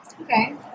Okay